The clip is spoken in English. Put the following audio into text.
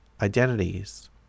identities